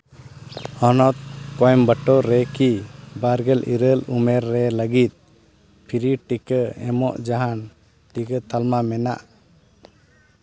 ᱦᱚᱱᱚᱛ ᱠᱳᱭᱮᱢᱵᱟᱴᱩᱨ ᱨᱮᱠᱤ ᱵᱟᱨ ᱜᱮᱞ ᱤᱨᱟᱹᱞ ᱩᱢᱮᱨ ᱨᱮ ᱞᱟᱹᱜᱤᱫ ᱯᱷᱨᱤ ᱴᱤᱠᱟᱹ ᱮᱢᱚᱜ ᱡᱟᱦᱟᱱ ᱴᱤᱠᱟᱹ ᱛᱟᱞᱢᱟ ᱢᱮᱱᱟᱜ